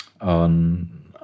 on